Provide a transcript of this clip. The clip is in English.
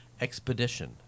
expedition